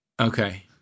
Okay